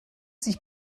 sich